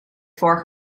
for